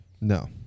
No